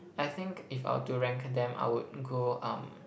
I think if I were to rank them I would go um